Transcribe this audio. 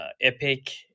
epic